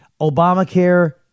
Obamacare